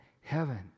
heaven